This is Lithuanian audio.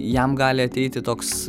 jam gali ateiti toks